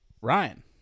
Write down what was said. Ryan